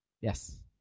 yes